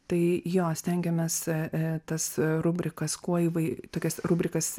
tai jo stengiamės tas rubrikas kuo įvai tokias rubrikas